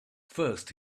first